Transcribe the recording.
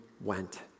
went